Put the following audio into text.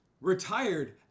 retired